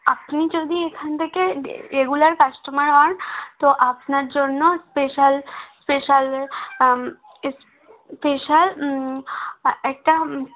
আপনি যদি এখান থেকে রে রেগুলার কাস্টমার হন তো আপনার জন্য স্পেশাল স্পেশাল স্পেশাল একটা